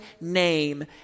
name